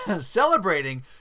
celebrating